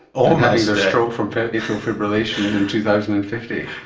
um their stroke from atrial fibrillation in two thousand and fifty,